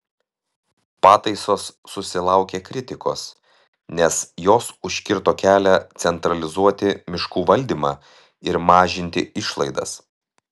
pataisos susilaukė kritikos nes jos užkirto kelią centralizuoti miškų valdymą ir mažinti išlaidas